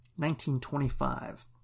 1925